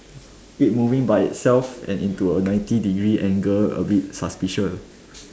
keep moving by itself and into a ninety degree angle a bit suspicious